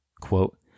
quote